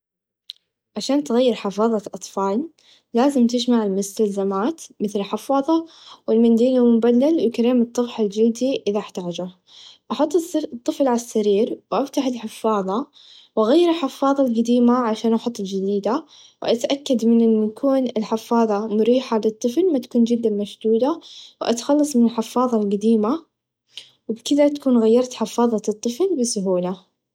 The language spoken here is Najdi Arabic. عشان تغيرحفاظه الأطفال لازم تچمع المستلزمات مثل الحفاظه و المنديل المبلل و كريم الطفح الچلدي إذا إحتاچه أحط الطفل عالسرير وأفتح الحفاظه و أغير الحفاظه القديمه عشان أحط الچديده و أتكد من أن يكون الحفاظه مريحه للطفل ماتكون چدا مشدوده و أتخلص من الحفاظه القديمه و بكذا تكون غيرت حفاظه الطفل بسهوله.